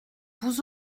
vous